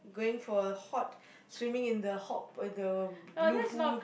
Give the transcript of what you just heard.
going for a hot swimming in the hot uh the blue pool